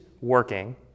working